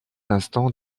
instant